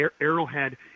Arrowhead